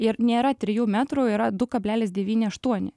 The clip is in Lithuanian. ir nėra trijų metrų yra du kablelis devyni aštuoni